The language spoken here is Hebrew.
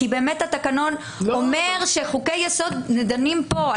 התקנון אומר שבחוקי-יסוד דנים פה.